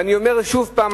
אני אומר שוב פעם,